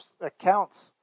accounts